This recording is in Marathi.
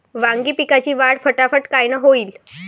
वांगी पिकाची वाढ फटाफट कायनं होईल?